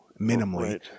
minimally